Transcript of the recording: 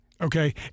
Okay